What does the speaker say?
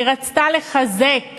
היא רצתה לחזק